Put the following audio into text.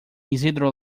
isidro